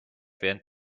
während